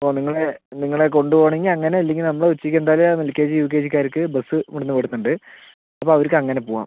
ഓ നിങ്ങൾ നിങ്ങൾ കൊണ്ട് പോണെങ്കിൽ അങ്ങനെ അല്ലെങ്കിൽ നമ്മൾ ഉച്ചയ്ക്ക് എന്തായാലും L K G U K ജികാർക്ക് ബസ് ഇവിടെ നിന്ന് വിടുന്നുണ്ട് അപ്പോൾ അവർക്ക് അങ്ങനെ പോകാം